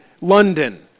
London